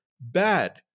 bad